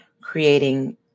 creating